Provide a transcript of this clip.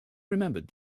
remembered